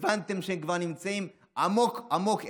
הבנתם שכבר נמצאים עמוק עמוק,